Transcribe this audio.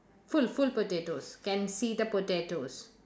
full full potatoes can see the potatoes